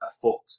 afoot